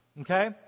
okay